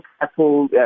Apple